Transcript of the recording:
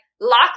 lock